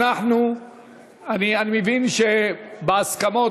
אני מבין שבהסכמות,